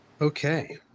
Okay